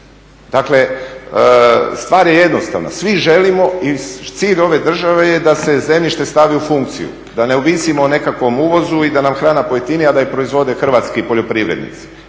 Dakle stvar je jednostavna, svi želimo i cilj ove države je da se zemljište stavi u funkciju, da ne ovisimo o nekakvom uvozu i da nam hrana pojeftini, a da ih proizvode hrvatski poljoprivrednici.